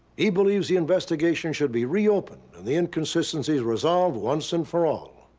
he believes the investigation should be reopened and the inconsistencies resolved once and for all.